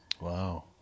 Wow